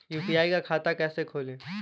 UPI का खाता कैसे खोलें?